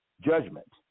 Judgment